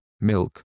Milk